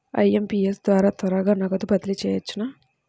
IMPS ద్వారా త్వరగా నగదు బదిలీ చేయవచ్చునా?